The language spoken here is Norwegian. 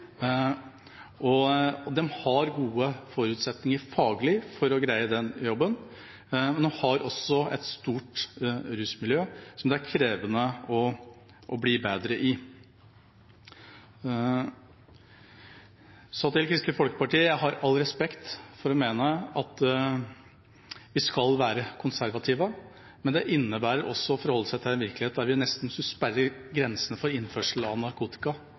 har gode faglige forutsetninger for å greie den jobben, men de har også et stort rusmiljø som det er krevende å bli bedre i. Til Kristelig Folkeparti: Jeg har all respekt for å mene at vi skal være konservative. Men det innebærer også å forholde seg til en virkelighet der vi nesten skulle sperre grensene for innførsel av narkotika,